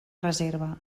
reserva